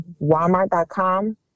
Walmart.com